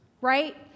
right